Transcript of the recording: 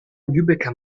lübecker